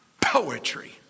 Poetry